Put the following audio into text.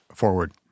Forward